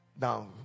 Now